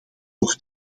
door